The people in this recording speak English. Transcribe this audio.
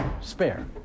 Spare